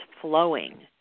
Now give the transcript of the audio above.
flowing